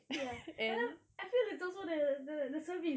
ya and then I feel it's also the the service